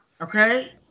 Okay